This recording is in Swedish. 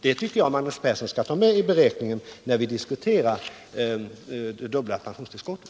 Det tycker jag att Magnus Persson skall ta med i beräkningen när vi diskuterar det dubbla pensionstillskottet.